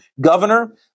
governor